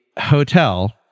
hotel